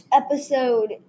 episode